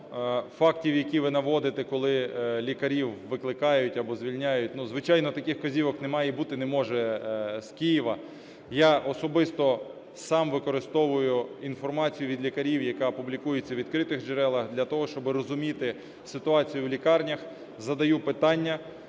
фактів, які ви наводите, коли лікарів викликають або звільняють. Звичайно, таких вказівок немає і бути не може з Києва. Я особисто сам використовую інформацію від лікарів, яка публікується у відкритих джерелах, для того щоб розуміти ситуацію в лікарнях, задаю питання